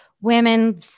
women